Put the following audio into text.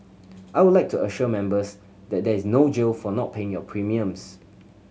I would like to assure members that there is no jail for not paying your premiums